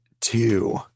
two